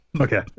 Okay